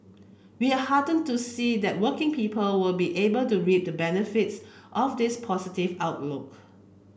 we are hearten to see that working people will be able to reap the benefits of this positive outlook